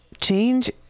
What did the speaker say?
change